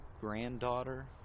granddaughter